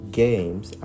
games